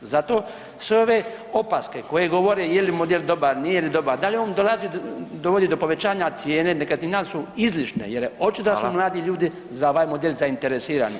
Zato sve ove opaske koje govore je li model dobar, nije li dobar, da li on dovodi do povećanja cijene nekretnina su izlišne jer očito da su mladi ljudi za ovaj model zainteresirani.